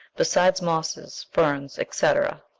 besides mosses, ferns, etc.